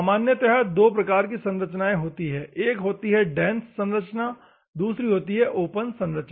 सामान्यतः दो प्रकार की संरचनाएं होती है एक होती है डेन्स संरचना दूसरी है ओपन संरचना